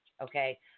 okay